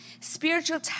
Spiritual